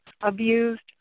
abused